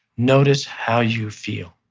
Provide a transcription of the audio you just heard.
notice how you feel.